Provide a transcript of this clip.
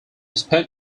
spent